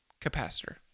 capacitor